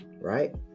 Right